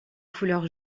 couleur